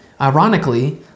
Ironically